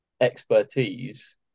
expertise